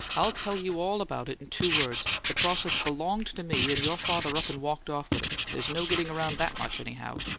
i'll tell you all about it in two words. the process belonged to me, and your father up and walked off with it there's no getting around that much, anyhow.